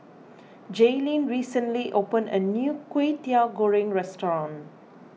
Jaelynn recently opened a new Kway Teow Goreng restaurant